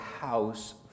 house